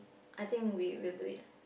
I think we will do it lah